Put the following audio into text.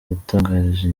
yatangarije